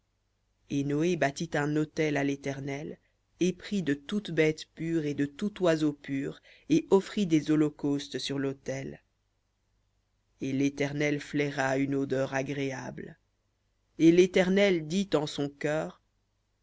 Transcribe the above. et noé bâtit un autel à l'éternel et prit de toute bête pure et de tout oiseau pur et offrit des holocaustes sur lautel et l'éternel flaira une odeur agréable et l'éternel dit en son cœur